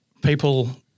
people